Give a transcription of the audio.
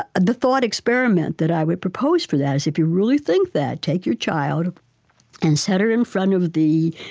ah the thought experiment that i would propose for that is, if you really think that, take your child and set her in front of the,